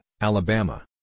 Alabama